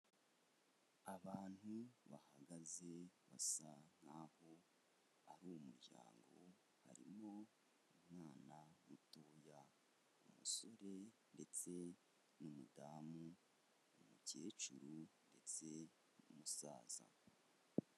Abantu bahagaze basa nk'aho ari umuryango harimo umwana mutoya, umusore ndetse n'umudamu, umukecuru ndetse n'umusaza.